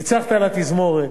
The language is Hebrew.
ניצחת על התזמורת,